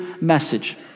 message